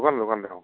দোকানতে দোকানতে